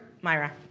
Myra